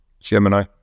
Gemini